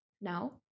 now